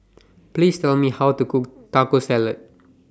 Please Tell Me How to Cook Taco Salad